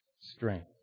strength